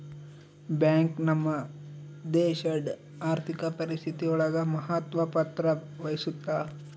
bank ನಮ್ ದೇಶಡ್ ಆರ್ಥಿಕ ಪರಿಸ್ಥಿತಿ ಒಳಗ ಮಹತ್ವ ಪತ್ರ ವಹಿಸುತ್ತಾ